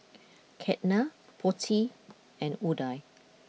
Ketna Potti and Udai